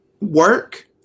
work